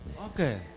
Okay